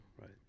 right